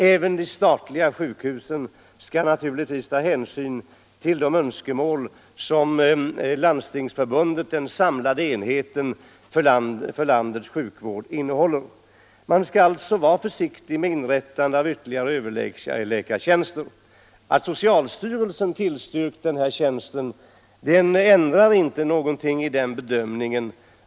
Även de statliga sjukhusen skall naturligtvis ta hänsyn till de önskemål som Landstingsförbundet —- den samlade enheten för landets sjukvård — framför. Man skall alltså vara försiktig med inrättande av ytterligare överläkartjänster. Att socialstyrelsen har tillstyrkt den föreslagna tjänsten ändrar inte någonting i den bedömningen.